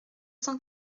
cent